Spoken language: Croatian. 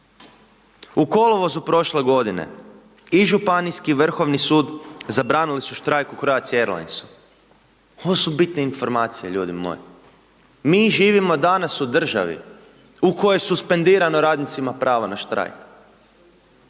U kolovozu prošle godine, i županijski Vrhovni sud, zabranili su štrajk u Croatia Airlinesu, ovo su bitne informacije ljudi moji. Mi živimo danas u državi, u kojoj je suspendirano radnicima pravo na štrajk.